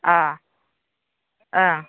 ओं